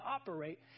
operate